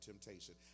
temptation